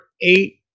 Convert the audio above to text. eight